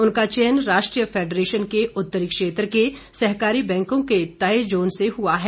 उनका चयन राष्ट्रीय फैडरेशन के उत्तरी क्षेत्र के सहकारी बैंकों के तय जोन से हुआ है